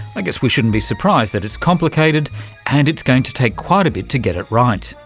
i guess we shouldn't be surprised that it's complicated and it's going to take quite a bit to get it right.